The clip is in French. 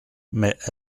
mais